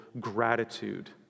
gratitude